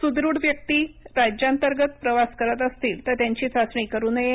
सुदृढ व्यक्ती राज्यांतर्गत प्रवास करत असतील तर त्यांची चाचणी करु नये